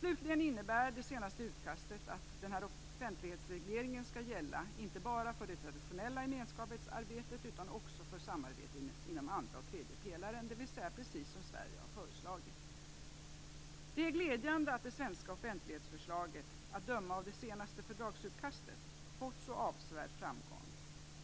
Slutligen innebär det senaste utkastet att denna offentlighetsreglering skall gälla inte bara för det traditionella gemenskapsarbetet utan också för samarbetet inom andra och tredje pelaren, dvs. precis som Sverige har föreslagit. Det är glädjande att det svenska offentlighetsförslaget, att döma av det senaste fördragsutkastet, fått så avsevärd framgång.